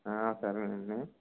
సరేనండి